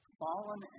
fallen